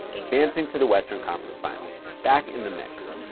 advancing to the western conference finals. back in the mix.